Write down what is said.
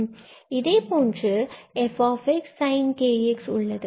இதேபோன்று நம்மிடம் f and sinkx ஆகியவை உள்ளது